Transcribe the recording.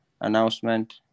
announcement